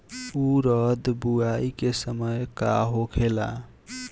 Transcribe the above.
उरद बुआई के समय का होखेला?